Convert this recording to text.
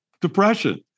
Depression